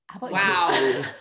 Wow